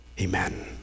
Amen